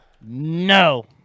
No